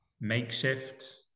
makeshift